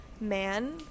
man